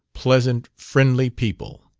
pleasant, friendly people